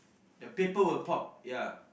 the paper would pop ya